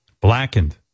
Blackened